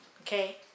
Okay